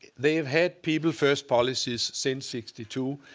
they have had people-first policies since sixty two.